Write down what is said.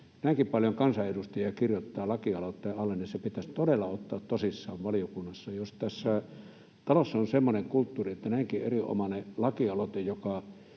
näinkin paljon kansanedustajia kirjoittaa lakialoitteen alle, niin se pitäisi todella ottaa tosissaan valiokunnassa. Ja jos tässä talossa on semmoinen kulttuuri, että näinkin erinomainen lakialoite, joka